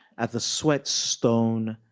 at the sweat stone,